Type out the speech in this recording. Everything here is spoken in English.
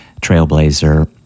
Trailblazer